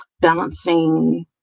balancing